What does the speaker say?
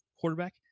quarterback